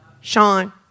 Sean